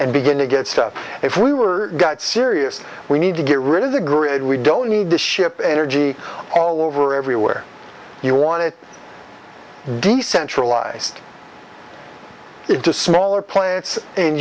and begin to get stuff if we were got serious we need to get rid of the grid we don't need to ship in or g e all over everywhere you want to d centralized it to smaller plants and